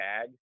tag